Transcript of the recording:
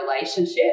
relationship